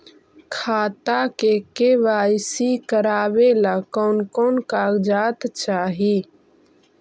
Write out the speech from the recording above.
खाता के के.वाई.सी करावेला कौन कौन कागजात चाही?